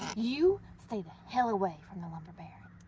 you stay the hell away from the lumber baron.